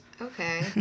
Okay